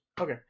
okay